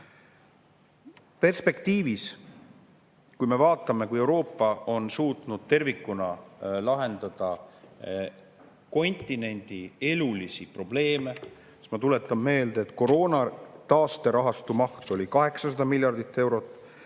Perspektiivis on Euroopa suutnud tervikuna lahendada kontinendi elulisi probleeme. Ma tuletan meelde, et koroona taasterahastu maht oli 800 miljardit eurot,